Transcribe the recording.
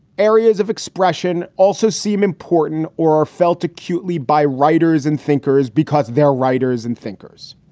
areas of expression also seem important or are felt acutely by writers and thinkers because their writers and thinkers.